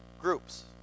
Groups